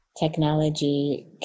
Technology